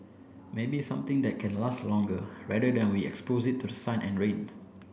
maybe something that can last longer rather than we expose it to the sun and rain